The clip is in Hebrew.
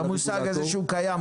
המושג הזה שהוא קיים כבר.